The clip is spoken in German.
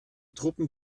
truppen